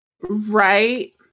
right